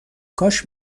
کاش